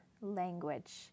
language